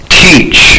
teach